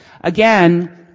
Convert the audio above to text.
Again